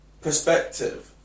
perspective